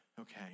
okay